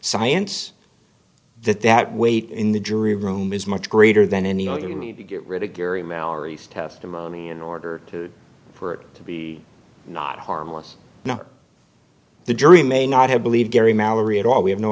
science that that weight in the jury room is much greater than any other you need to get rid of gary mallory's testimony in order for it to be not harmless no the jury may not have believed gary mallory at all we have no